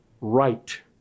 right